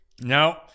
No